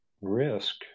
risk